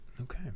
Okay